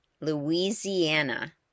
Louisiana